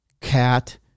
cat